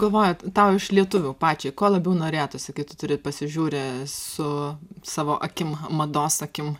galvoju tau iš lietuvių pačiai ko labiau norėtųsi kai turi pasižiūri su savo akim mados akim